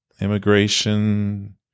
immigration